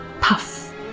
puff